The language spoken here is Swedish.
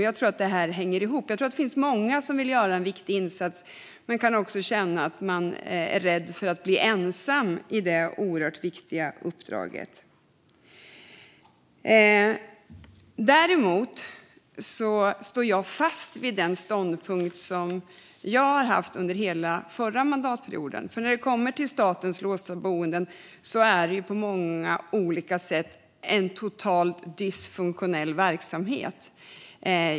Jag tror att det här hänger ihop, för jag tror att det finns många som vill göra en viktig insats men som också kan känna att de är rädda för att bli ensamma i detta oerhört viktiga uppdrag. Däremot står jag fast vid den ståndpunkt som jag har haft under hela förra mandatperioden. Statens låsta boenden är på många olika sätt en totalt dysfunktionell verksamhet.